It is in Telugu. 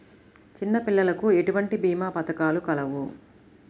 చిన్నపిల్లలకు ఎటువంటి భీమా పథకాలు కలవు?